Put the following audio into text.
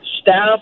Staff